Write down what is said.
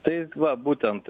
tai va būtent